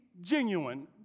genuine